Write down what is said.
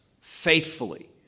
faithfully